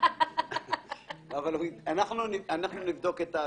אנחנו נבדוק.